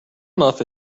muff